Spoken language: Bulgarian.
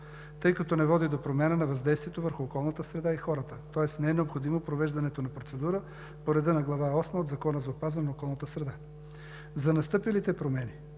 тъй като не води до промяна на въздействието върху околната среда и хората, тоест не е необходимо провеждането на процедура по реда на Глава 8 от Закона за опазване на околната среда. За настъпилите промени